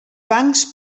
bancs